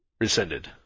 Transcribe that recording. rescinded